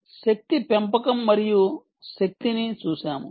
మేము శక్తి పెంపకం మరియు శక్తిని చూశాము